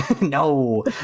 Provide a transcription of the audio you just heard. no